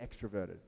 extroverted